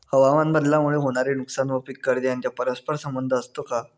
हवामानबदलामुळे होणारे नुकसान व पीक कर्ज यांचा परस्पर संबंध असतो का?